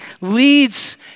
leads